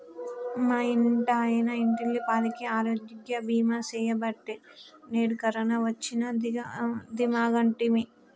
మా ఇంటాయన ఇంటిల్లపాదికి ఆరోగ్య బీమా సెయ్యబట్టే నేడు కరోన వచ్చినా దీమాగుంటిమి